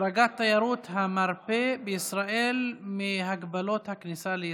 החרגת תיירות המרפא בישראל מהגבלות הכניסה לישראל,